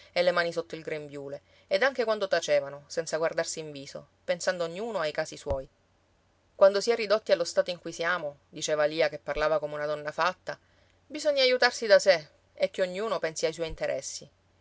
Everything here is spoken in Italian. e le mani sotto il grembiule ed anche quando tacevano senza guardarsi in viso pensando ognuno ai casi suoi quando si è ridotti allo stato in cui siamo diceva lia che parlava come una donna fatta bisogna aiutarsi da sé e che ognuno pensi ai suoi interessi